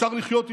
אפשר לחיות איתו.